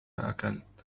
أكلت